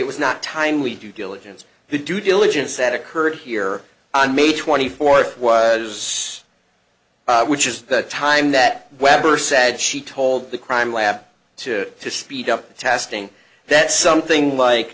was not timely due diligence the due diligence that occurred here on may twenty fourth was which is the time that weber said she told the crime lab to speed up the testing that something like